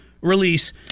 release